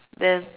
then